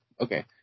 Okay